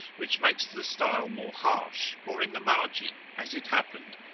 which makes the style more harsh, or in the margin, as it happened.